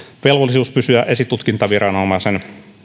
velvollisuus pysyä esitutkintaviranomaisen